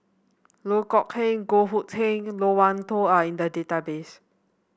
Loh Kok Heng Goh Hood Keng Loke Wan Tho are in the database